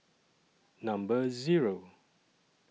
Number Zero